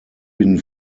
bin